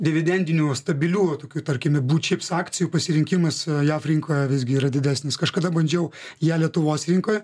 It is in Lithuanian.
dividendinių stabilių va tokių tarkime boot ships akcijų pasirinkimas jav rinkoje visgi yra didesnis kažkada bandžiau ją lietuvos rinkoj